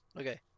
okay